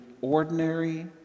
ordinary